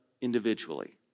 individually